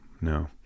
no